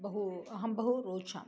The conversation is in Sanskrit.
बहु अहं बहु रोचामि